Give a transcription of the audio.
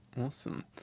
Awesome